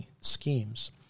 schemes